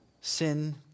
Sin